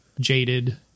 jaded